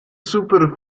super